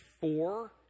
four